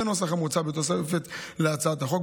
בנוסח המוצע בתוספת להצעת החוק,